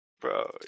Bro